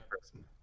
person